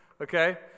Okay